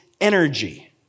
energy